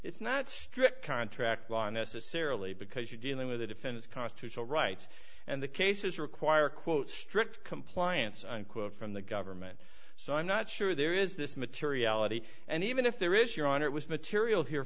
it's not strict contract law necessarily because you're dealing with a defense constitutional rights and the cases require quote strict compliance unquote from the government so i'm not sure there is this materiality and even if there is your honor it was material here